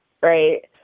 right